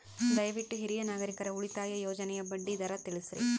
ದಯವಿಟ್ಟು ಹಿರಿಯ ನಾಗರಿಕರ ಉಳಿತಾಯ ಯೋಜನೆಯ ಬಡ್ಡಿ ದರ ತಿಳಸ್ರಿ